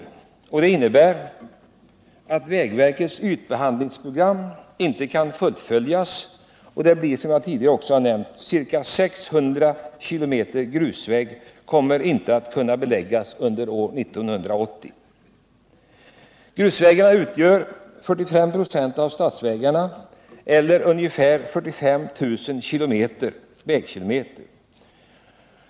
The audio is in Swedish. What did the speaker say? Detta skulle innebära att vägverkets ytbehandlingsprogram inte kan fullföljas och att, som jag också tidigare nämnt, för 1980 planerad grusläggning av ca 600 km grusväg inte kommer att kunna genomföras. Grusvägarna utgör 45 96 av statsvägarna eller ungefär 45 000 vägkilometer.